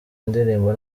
indirimbo